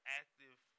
active